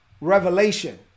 revelation